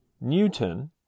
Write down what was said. Newton